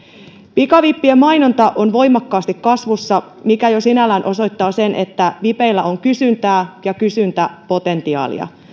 pikavippien mainonta on voimakkaasti kasvussa mikä jo sinällään osoittaa sen että vipeillä on kysyntää ja kysyntäpotentiaalia